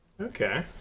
Okay